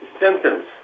symptoms